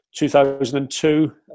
2002